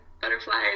butterflies